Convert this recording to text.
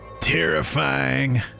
terrifying